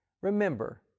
REMEMBER